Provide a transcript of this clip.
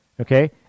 Okay